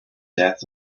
death